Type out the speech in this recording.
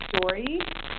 story